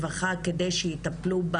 בטפסים,